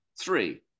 three